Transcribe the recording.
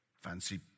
fancy